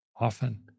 often